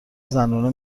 زنونه